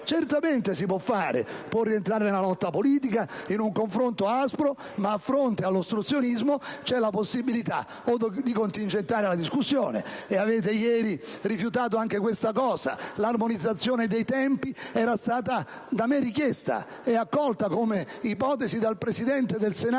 Certamente si può fare, può rientrare nella lotta politica, in un confronto aspro, ma a fronte dell'ostruzionismo c'è la possibilità, ad esempio, di contingentare la discussione, e avete ieri rifiutato anche questa possibilità. L'armonizzazione dei tempi era stata da me richiesta e accolta come ipotesi dal Presidente del Senato